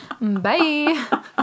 Bye